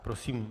Prosím.